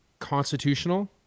constitutional